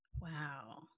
wow